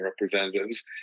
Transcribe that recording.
representatives